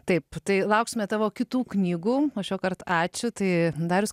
taip tai lauksime tavo kitų knygų o šiuokart ačiū tai darius